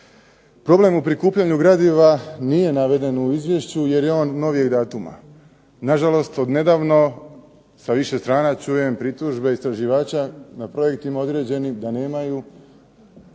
Problem u prikupljanju gradiva nije naveden u izvješću jer je on novijeg datuma. Na žalost od nedavno sa više strana čujem pritužbe istraživača na projektima određenim da nemaju